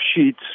sheets